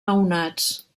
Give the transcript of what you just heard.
nounats